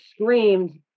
screamed